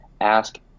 ask